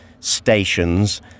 stations